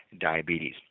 diabetes